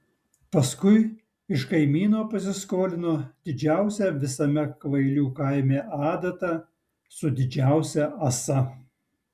paskui iš kaimyno pasiskolino didžiausią visame kvailių kaime adatą su didžiausia ąsa